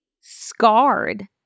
scarred